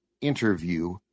interview